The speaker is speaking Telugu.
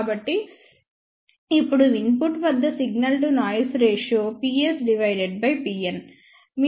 కాబట్టి ఇప్పుడు ఇన్పుట్ వద్ద signal to noise ratio PsPn